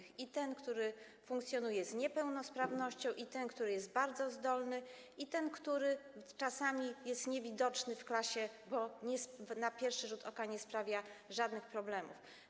Dostrzegany jest ten, który funkcjonuje z niepełnosprawnością, i ten, który jest bardzo zdolny, i ten, który czasami jest niewidoczny w klasie, bo na pierwszy rzut oka nie sprawia żadnych problemów.